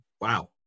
Wow